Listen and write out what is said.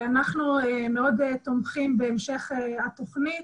אנחנו מאוד תומכים בהמשך התוכנית.